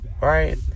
right